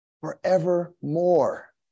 forevermore